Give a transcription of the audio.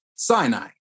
sinai